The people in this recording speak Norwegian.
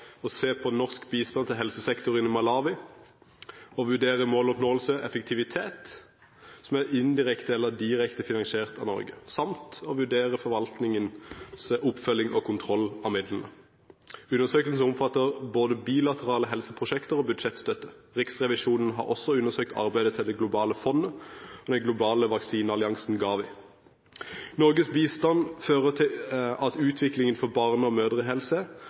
å se på norsk bistand til helsesektoren i Malawi, som er indirekte eller direkte finansiert av Norge, og vurdere måloppnåelse og effektivitet, samt å vurdere forvaltningens oppfølging og kontroll av midlene. Undersøkelsen omfatter både bilaterale helseprosjekter og budsjettstøtte. Riksrevisjonen har også undersøkt arbeidet til det globale fondet og den globale vaksinealliansen GAVI. Norges bistand fører til at utviklingen for barne- og mødrehelse